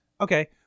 Okay